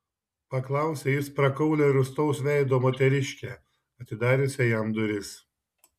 paklausė jis prakaulią rūstaus veido moteriškę atidariusią jam duris